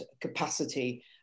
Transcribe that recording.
capacity